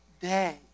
day